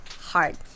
hard